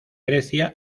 grecia